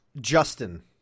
Justin